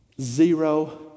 Zero